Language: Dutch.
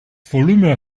volume